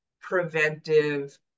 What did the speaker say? preventive